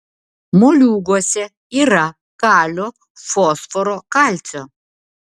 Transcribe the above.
moliūguose yra kalio fosforo kalcio